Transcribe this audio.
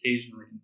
occasionally